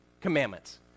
commandments